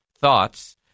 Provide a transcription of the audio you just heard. thoughts